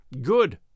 Good